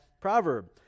proverb